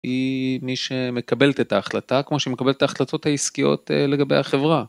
היא מי שמקבלת את ההחלטה כמו שמקבלת ההחלטות העסקיות לגבי החברה.